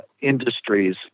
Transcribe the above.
industries